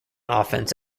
offense